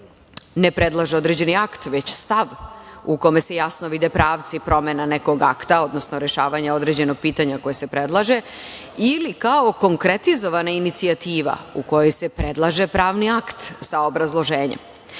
ne predlaže određeni akt, već stav u kome se jasno vide pravci promena nekog akta, odnosno rešavanje određenog pitanja koje se predlaže ili kao konkretizovana inicijativa u kojoj se predlaže pravni akt sa obrazloženjem. Kada